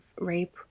rape